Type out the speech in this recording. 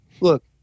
look